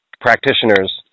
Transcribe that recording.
practitioners